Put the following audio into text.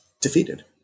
defeated